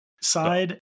side